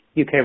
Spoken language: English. UK